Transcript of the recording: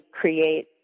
create